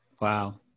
Wow